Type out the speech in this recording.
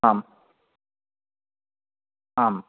आम् आम्